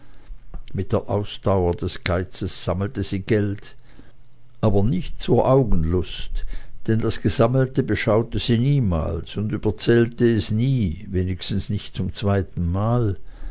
mit der ausdauer des geizes sammelte sie geld aber nicht zur augenlust denn das gesammelte beschaute sie niemals und überzählte es nie wenigstens nicht zum zweiten mal